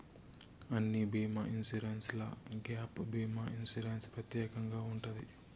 అన్ని బీమా ఇన్సూరెన్స్లో గ్యాప్ భీమా ఇన్సూరెన్స్ ప్రత్యేకంగా ఉంటది